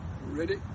Ready